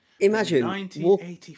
Imagine